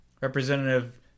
Representative